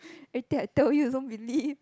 everytime I tell you also don't believe